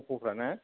अफ'फ्रा ना